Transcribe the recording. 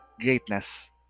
greatness